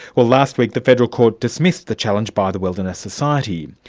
well last week the federal court dismissed the challenge by the wilderness society,